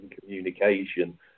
communication